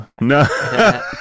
No